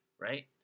right